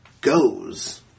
goes